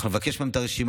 אנחנו נבקש מהם את הרשימה,